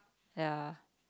ya